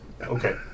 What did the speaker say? Okay